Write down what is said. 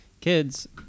kids